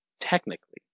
technically